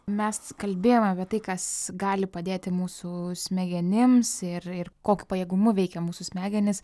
mes kalbėjom apie tai kas gali padėti mūsų smegenims ir ir kokiu pajėgumu veikia mūsų smegenys